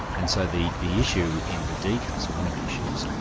and so the the issue in the d case, or one of the issues,